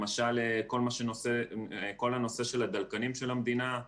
למשל, כל הנושא של הדלקנים של המדינה.